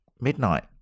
midnight